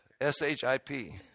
S-H-I-P